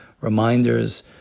Reminders